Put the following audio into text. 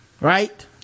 Right